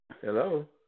Hello